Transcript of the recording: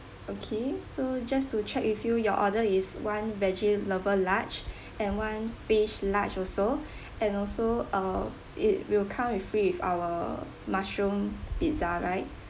okay so just to check with you your order is one veggie lover large and one fish large also and also uh it will come with free with our mushroom pizza right